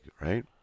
right